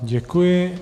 Děkuji.